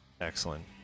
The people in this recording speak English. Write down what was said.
Excellent